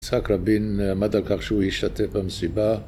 יצחק רבין, עמד על כך שהוא ישתתף במסיבה